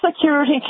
security